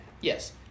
Yes